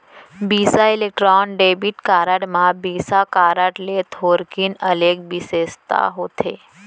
बिसा Electron debit card म Visa card ले थोकिन अलगे बिसेसता होथे